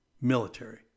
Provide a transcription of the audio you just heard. military